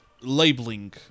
labeling